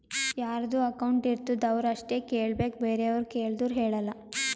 ಯಾರದು ಅಕೌಂಟ್ ಇರ್ತುದ್ ಅವ್ರು ಅಷ್ಟೇ ಕೇಳ್ಬೇಕ್ ಬೇರೆವ್ರು ಕೇಳ್ದೂರ್ ಹೇಳಲ್ಲ